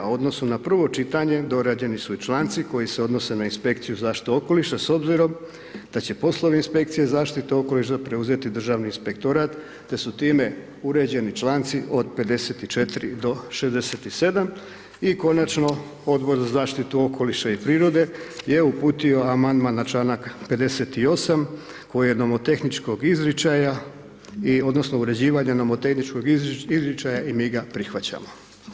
U odnosu na prvo čitanje, dorađeni su i članci koji se odnose na inspekciju zaštite okoliša s obzirom da će poslovi inspekcije zaštite okoliša preuzeti Državni inspektorat te su time uređeni članci od 54. do 67. i konačno Odbor za zaštitu okoliša i prirode je uputio amandman na članak 58. koji je nomotehničkog izričaja i odnosno uređivanja nomotehničkog izričaja i mi ga prihvaćamo.